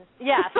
Yes